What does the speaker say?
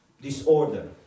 disorder